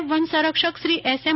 નાયબ વન સંરક્ષકશ્રી એસએમ